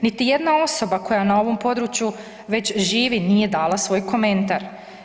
Niti jedna osoba koja na ovom području već živi, nije dala svoj komentar.